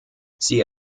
sie